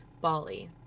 Bali